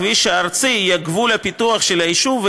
הכביש הארצי יהיה גבול הפיתוח של היישוב,